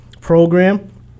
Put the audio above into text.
program